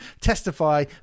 testify